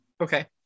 Okay